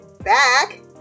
back